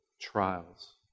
trials